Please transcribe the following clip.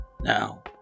Now